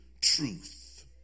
truth